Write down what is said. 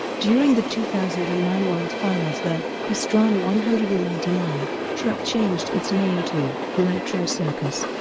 during the two thousand and nine world finals the pastrana one hundred and ninety nine truck changed its name to nitro circus.